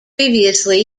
previously